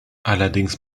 allerdings